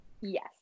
Yes